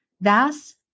Thus